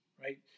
right